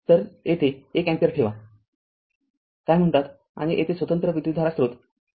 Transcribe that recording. तरयेथे १ अँपिअर ठेवाकाय कॉल आणि येथे स्वतंत्र विद्युतधारा स्रोत ठेवा